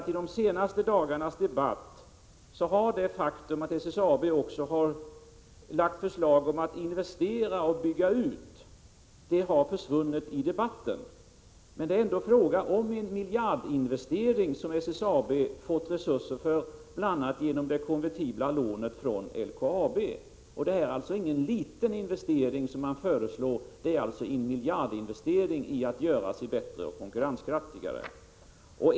I de senaste dagarnas debatt har det faktum att SSAB också lagt fram förslag om att investera och bygga ut försvunnit. Det är ändå fråga om en miljardinvestering som SSAB fått resurser för bl.a. genom det konvertibla lånet från LKAB. Det är alltså ingen liten investering man föreslår — det är en miljardinvestering för att göra företaget bättre och konkurrenskraftigare.